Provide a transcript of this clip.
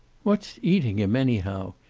what's eating him, anyhow,